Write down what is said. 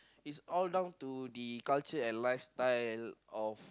is all down to the culture and lifestyle of